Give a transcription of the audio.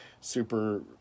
super